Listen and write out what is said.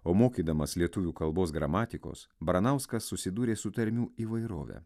o mokydamas lietuvių kalbos gramatikos baranauskas susidūrė su tarmių įvairove